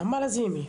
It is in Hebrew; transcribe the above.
נעמה לזימי,